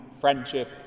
friendship